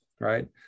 right